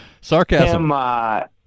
Sarcasm